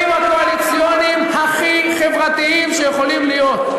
הקואליציוניים הכי חברתיים שיכולים להיות.